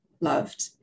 loved